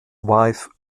wife